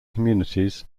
communities